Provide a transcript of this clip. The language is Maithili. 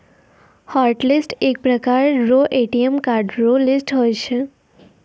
हॉटलिस्ट एक प्रकार रो ए.टी.एम कार्ड रो लिस्ट हुवै छै